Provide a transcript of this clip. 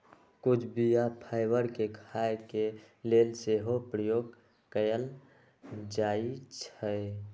कुछ बीया फाइबर के खाय के लेल सेहो प्रयोग कयल जाइ छइ